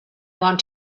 want